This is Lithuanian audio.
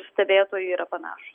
stebėtojai yra panašūs